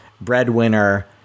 Breadwinner